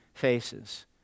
faces